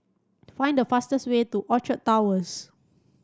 find the fastest way to Orchard Towers